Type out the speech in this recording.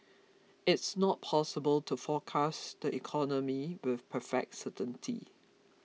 it's not possible to forecast the economy with perfect certainty